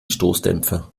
stoßdämpfer